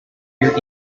your